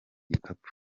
igikapu